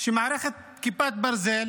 שמערכת כיפת ברזל